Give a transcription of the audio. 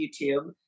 YouTube